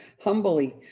humbly